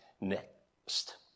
next